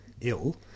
ill